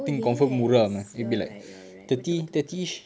oh yes you're right you're right betul betul betul